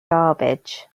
garbage